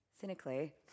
cynically